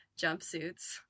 jumpsuits